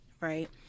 right